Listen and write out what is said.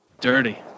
Dirty